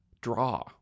draw